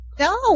No